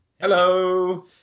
hello